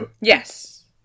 yes